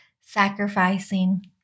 sacrificing